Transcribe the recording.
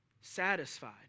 satisfied